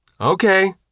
Okay